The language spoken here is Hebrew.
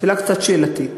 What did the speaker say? שאלה קצת שאלתית.